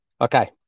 Okay